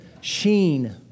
sheen